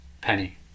penny